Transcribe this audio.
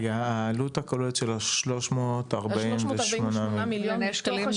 רגע מה זאת אומרת העלות הכוללת של 348 מיליון שקלים?